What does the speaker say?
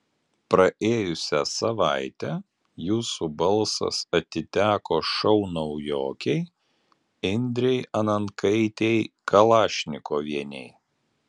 praėjusią savaitę jūsų balsas atiteko šou naujokei indrei anankaitei kalašnikovienei